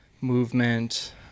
movement